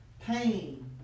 pain